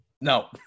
no